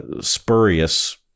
spurious